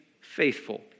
faithful